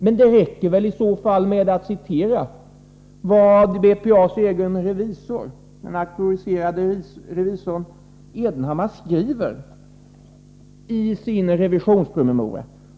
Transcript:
Men det räcker väl i så fall med att citera vad BPA:s egen revisor, auktoriserade revisorn Edenhammar, skriver i sin revisionspromemoria.